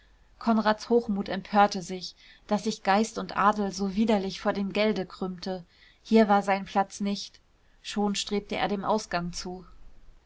konrads hochmut empörte sich daß sich geist und adel so widerlich vor dem gelde krümmte hier war sein platz nicht schon strebte er dem ausgang zu